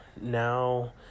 now